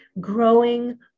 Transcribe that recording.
growing